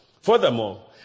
Furthermore